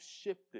shifted